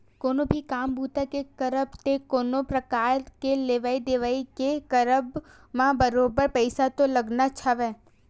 कोनो भी काम बूता के करब ते कोनो परकार के लेवइ देवइ के करब म बरोबर पइसा तो लगनाच हवय